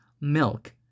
milk